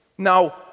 Now